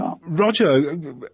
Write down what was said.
Roger